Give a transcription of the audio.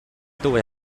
dwy